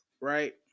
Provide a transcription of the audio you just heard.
right